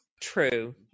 True